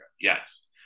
Yes